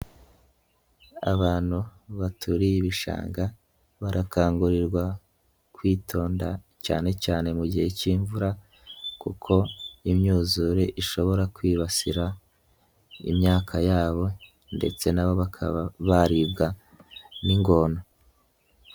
Abantu baturiye ibishanga, barakangurirwa kwitonda cyane cyane mu gihe cy'imvura kuko imyuzure ishobora kwibasira imyaka yabo ndetse na bo bakaba baribwa n'ingona.